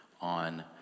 on